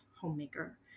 homemaker